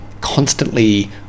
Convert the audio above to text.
constantly